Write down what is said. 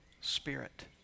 Spirit